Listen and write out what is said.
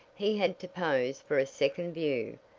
he had to pose for a second view,